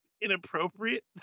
inappropriate